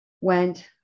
went